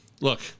Look